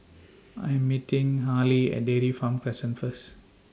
I Am meeting Harlie At Dairy Farm Crescent First